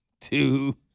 two